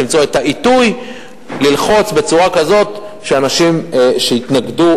למצוא את העיתוי ללחוץ בצורה כזאת שאנשים שהתנגדו,